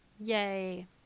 yay